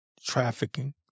trafficking